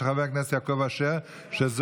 של חבר הכנסת יעקב אשר,